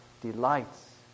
delights